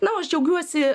na o aš džiaugiuosi